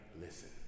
listen